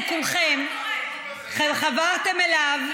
אתם כולכם חברתם אליו,